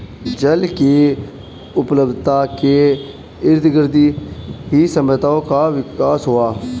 जल की उपलब्धता के इर्दगिर्द ही सभ्यताओं का विकास हुआ